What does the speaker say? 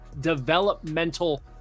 developmental